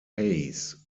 hayes